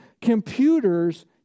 computers